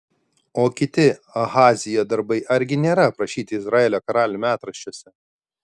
o kiti ahazijo darbai argi nėra aprašyti izraelio karalių metraščiuose